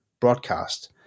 broadcast